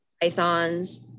pythons